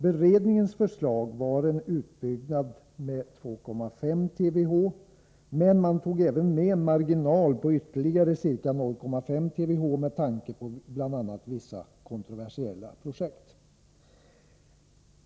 Beredningens förslag var en utbyggnad med 2,5 TWh, men man tog även med en marginal på ytterligare ca 0,5 TWh med tanke på bl.a. vissa kontroversiella projekt.